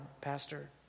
pastor